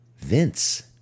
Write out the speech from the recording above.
Vince